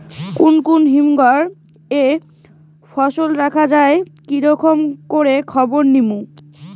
কুন কুন হিমঘর এ ফসল রাখা যায় কি রকম করে খবর নিমু?